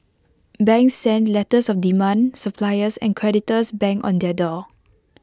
banks sent letters of demand suppliers and creditors banged on their door